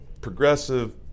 progressive